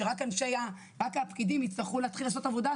שאם רק הפקידים יצטרכו להתחיל לעשות עבודה,